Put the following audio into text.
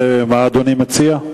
מה אדוני מציע?